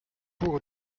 pour